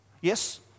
Yes